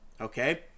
okay